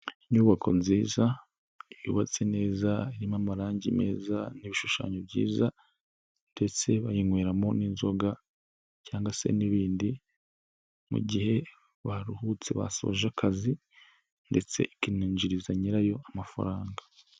Inyubako nziza yubatse neza irimo amarangi meza n'ibishushanyo byiza, ndetse bayinyweramo n'inzoga cyangwa se n'ibindi mu gihe baruhutse, basoje akazi ndetse ikaninjiriza nyirayo amafaranga.